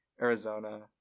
Arizona